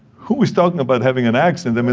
who is talking about having an accent? i mean,